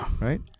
Right